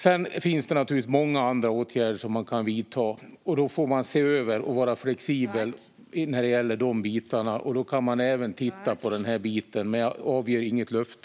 Sedan finns det naturligtvis många andra åtgärder som man kan vidta. Då får man se över och vara flexibel när det gäller dessa bitar. Då kan man även titta på denna bit. Men jag avger inget löfte.